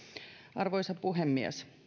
arvoisa puhemies